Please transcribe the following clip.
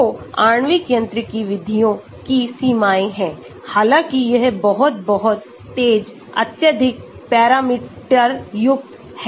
तो आणविक यांत्रिकी विधियों की सीमाएँ हैं हालांकि यह बहुत बहुत तेज़ अत्यधिक पैरामीटरयुक्त है